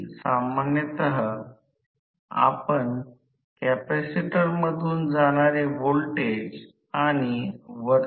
सामान्य ट्रान्सफॉर्मर प्रमाणे प्रवाह बदलतो